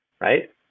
right